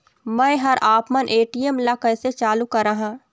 मैं हर आपमन ए.टी.एम ला कैसे चालू कराहां?